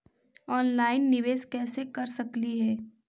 Online निबेस कैसे कर सकली हे?